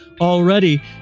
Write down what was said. already